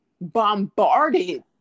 bombarded